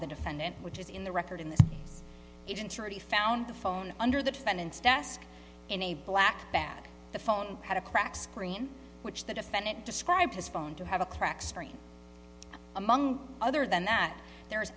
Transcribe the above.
the defendant which is in the record in this case even shorty found the phone under the defendant's desk in a black bag the phone had a cracked screen which the defendant described his phone to have a cracked screen among other than that there